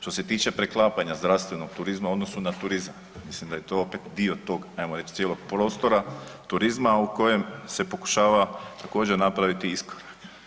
Što se tiče preklapanja zdravstvenog turizma, u odnosu na turizam, mislim da je to opet dio tog ajmo reći cijelog prostora turizma u kojem se pokušava također napraviti iskorake.